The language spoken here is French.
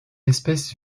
espèce